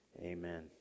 Amen